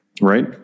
Right